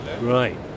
Right